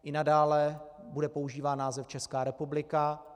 I nadále bude používán název Česká republika.